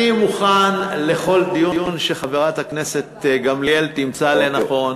אני מוכן לכל דיון שחברת הכנסת גמליאל תמצא לנכון,